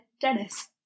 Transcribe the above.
dennis